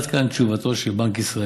עד כאן תשובתו של בנק ישראל.